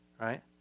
right